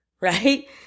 right